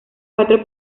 cuatro